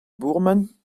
bourmen